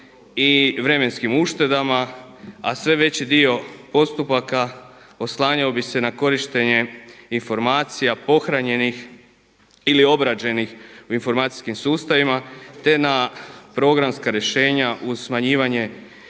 i vremenskim uštedama a sve veći dio postupaka oslanjao bi se na korištenje informacija pohranjenih ili obrađenih u informacijskim sustavima te na programska rješenja uz smanjivanje